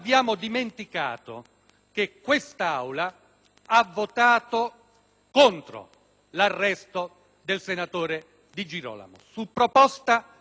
contro l'arresto del senatore Di Girolamo su proposta della Giunta e a questo momento dell'*iter* giudiziario